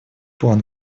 план